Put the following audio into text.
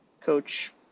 Coach